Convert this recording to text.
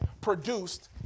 produced